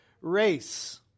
race